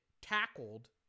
tackled